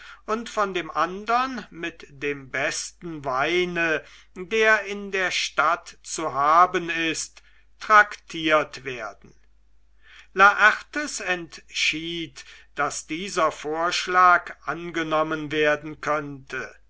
und von dem andern mit dem besten weine der in der stadt zu haben ist traktiert werden laertes entschied daß dieser vorschlag angenommen werden könnte